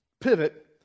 pivot